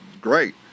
great